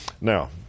Now